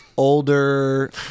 older